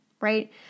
right